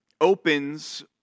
opens